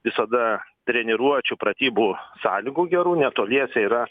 visada treniruočių pratybų sąlygų gerų netoliese yra